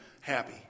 happy